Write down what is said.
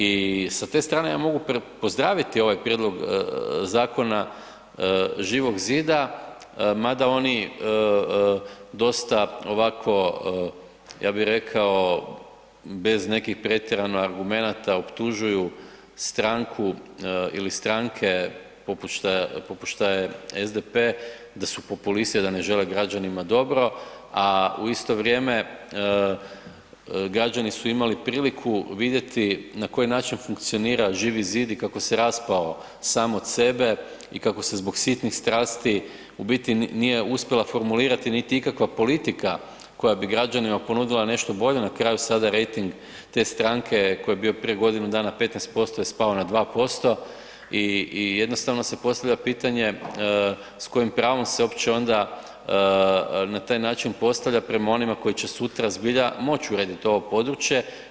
I sa te strane ja mogu pozdraviti ovaj prijedlog zakona Živog zida mada oni dosta ovako ja bi rekao bez nekih pretjerano argumenata optužuju stranku ili stranke poput šta je SDP da su populisti da ne žele građanima dobro, a u isto vrijeme građani su imali priliku vidjeti na koji način funkcionira Živi zid i kako se raspao sam od sebe i kako se zbog sitnih strasti ubiti nije uspjela formulirati niti ikakva politika koja bi građanima ponudila nešto bolje, na kraju sada rejting te stranke koji je bio prije godinu dana 15% je spao na 2% i jednostavno se postavlja pitanje s kojim pravom se uopće onda na taj način postavlja prema onima koji će sutra zbilja moći urediti ovo područje.